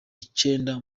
icenda